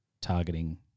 targeting